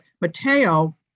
Mateo